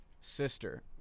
sister